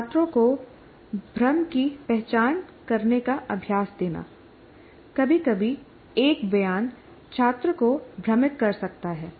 छात्रों को भ्रम की पहचान करने का अभ्यास देना कभी कभी एक बयान छात्र को भ्रमित कर सकता है